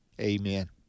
amen